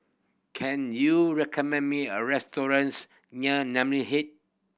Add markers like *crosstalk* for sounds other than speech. can you recommend me a restaurants near Namly *unintelligible*